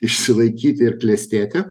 išsilaikyti ir klestėti